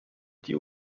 die